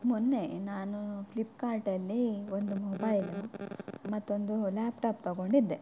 ಮೊನ್ನೆ ನಾನು ಫ್ಲಿಪ್ಕಾರ್ಟಲ್ಲಿ ಒಂದು ಮೊಬೈಲು ಮತ್ತೊಂದು ಲ್ಯಾಪ್ಟಾಪ್ ತಗೊಂಡಿದ್ದೆ